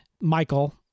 Michael